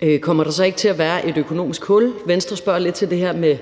om der så ikke kommer til at være et økonomisk hul, og Venstre spørger lidt til det her med,